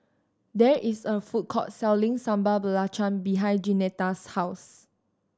there is a food court selling Sambal Belacan behind Jeanetta's house